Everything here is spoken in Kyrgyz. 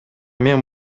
мен